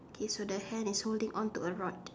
K so the hand is holding on to a rod